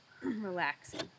Relaxing